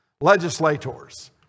legislators